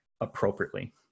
appropriately